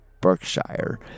Berkshire